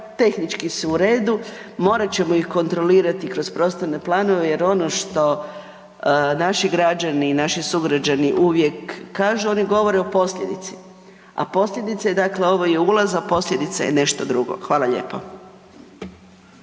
tehnički su u redu, morat ćemo ih kontrolirati kroz prostorne planove jer ono što naši građani i naši sugrađani uvijek kažu oni govore o posljedici, a posljedica je dakle ovo je ulaz, a posljedica je nešto drugo. Hvala lijepo.